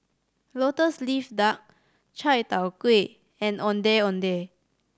Lotus Leaf Duck chai tow kway and Ondeh Ondeh